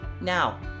Now